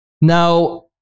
Now